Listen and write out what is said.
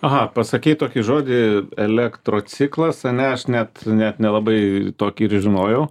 aha pasakei tokį žodį elektrociklas ane aš net net nelabai tokį ir žinojau